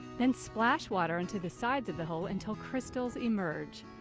then splash water onto the sides of the hole until crystals emerge.